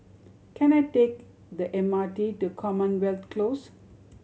can I take the M R T to Commonwealth Close